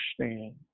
understand